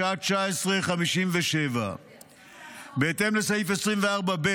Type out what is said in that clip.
בשעה 19:57. בהתאם לסעיף 24(ב)